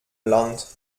land